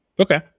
Okay